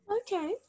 Okay